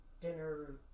dinner